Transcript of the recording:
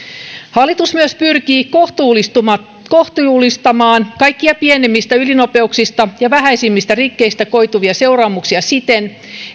hallitus myös pyrkii kohtuullistamaan kohtuullistamaan kaikkia pienimmistä ylinopeuksista ja vähäisimmistä rikkeistä koituvia seuraamuksia siten